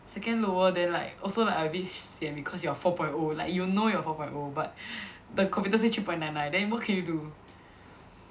second lower then like also like abit sian because you are four point O like you will know you're four point O but but computer say three point nine nine then what can you do